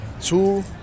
Two